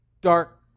dark